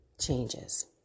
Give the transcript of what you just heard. changes